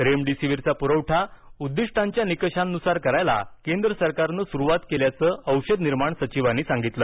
रेमडिसिव्हिरचा पुरवठा उद्दिष्टांच्या निकषांनुसार करायला केंद्र सरकारनं सुरुवात केल्याचं औषधनिर्माण सचिवांनी सांगितलं